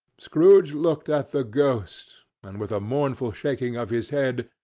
scrooge looked at the ghost, and with a mournful shaking of his head,